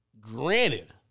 granted